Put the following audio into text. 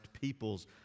peoples